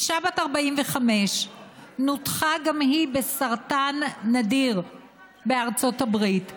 אישה בת 45 נותחה בארצות הברית,